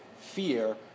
fear